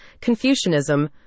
Confucianism